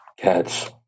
Cats